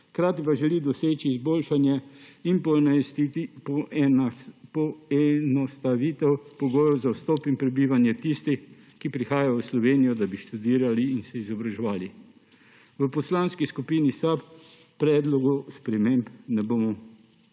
hkrati pa želi doseči izboljšanje in poenostavitev pogojev za vstop in prebivanje tistih, ki prihajajo v Slovenijo, da bi študirali in se izobraževali. V Poslanski skupini SAB predlogu sprememb ne bomo